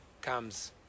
comes